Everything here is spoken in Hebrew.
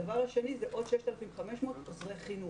הדבר השני הוא עוד 6,500 עוזרי חינוך.